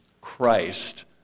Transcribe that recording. Christ